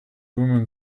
woman